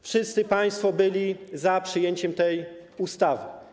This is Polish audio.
Wszyscy państwo byli za przyjęciem tej ustawy.